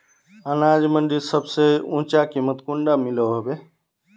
अनाज मंडीत सबसे ऊँचा कीमत कुंडा मिलोहो होबे?